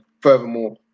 furthermore